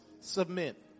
submit